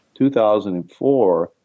2004